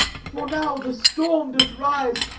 for now the storm doth rise.